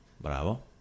Bravo